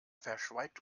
verschweigt